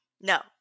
No